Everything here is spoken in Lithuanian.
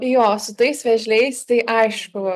jo su tais vėžliais tai aišku